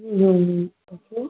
okay